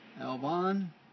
Alban